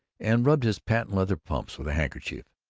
and rubbed his patent-leather pumps with a handkerchief.